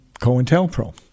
COINTELPRO